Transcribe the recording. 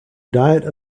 diet